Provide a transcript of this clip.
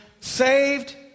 Saved